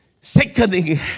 Secondly